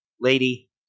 lady